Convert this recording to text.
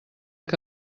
que